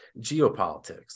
geopolitics